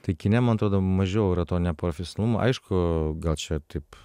tai kine man atrodo mažiau yra to neprofesionalumo aišku gal čia taip